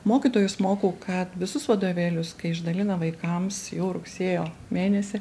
mokytojus mokau kad visus vadovėlius kai išdalina vaikams jau rugsėjo mėnesį